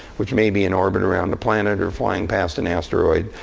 which may be in orbit around a planet or flying past an asteroid,